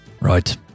Right